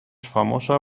famosa